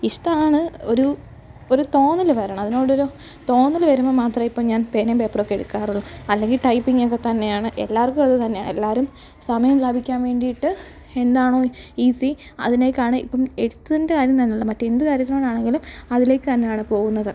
ഇഷ്ടമാണ് ഒരൂ ഒരു തോന്നലു വരണം അതിനോടൊരു തോന്നൽ വരുമ്പം മാത്രമെ ഇപ്പം ഞാൻ പേനയും പേപ്പറൊക്കെ എടുക്കാറുള്ളു അല്ലെങ്കിൽ ടൈപ്പിങ്ങൊക്കെത്തന്നെയാണ് എല്ലാവർക്കും അതുതന്നെയാണ് എല്ലാവരും സമയം ലാഭിക്കാൻ വേണ്ടിയിട്ട് എന്താണോ ഈസി അതിലേക്കാണ് ഇപ്പം എഴുത്തിന്റെ കാര്യം തന്നല്ല മറ്റെന്തുകാര്യത്തിനാണെങ്കിലും അതിലേക്കു തന്നെയാണ് പോകുന്നത്